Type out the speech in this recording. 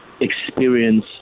experience